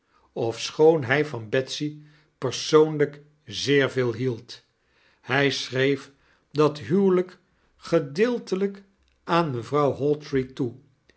ofschoon hij van betsy persoonlyk zeer veel hield hij schreef dat huwelijk gedeeltelijk aan mevrouw hawtrey toe